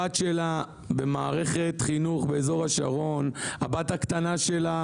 הבת שלה במערכת חינוך באזור השרון, הבת הקטנה שלה